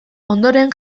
ondoren